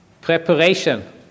preparation